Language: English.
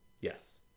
Yes